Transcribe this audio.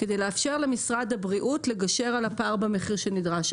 כדי לגשר למשרד הבריאות לגשר על הפער במחיר שנדרש.